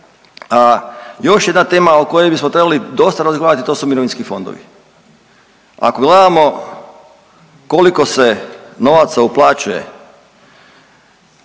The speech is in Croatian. a još jedna tema o kojoj bismo trebali dosta razgovarati, to su mirovinski fondovi. Ako gledamo koliko se novaca uplaćuje